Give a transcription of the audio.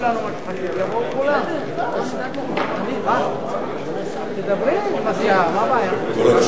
כל הציונות מסתכמת בעשר